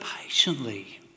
patiently